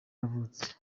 yavutse